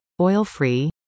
oil-free